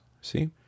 See